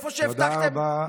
תודה רבה.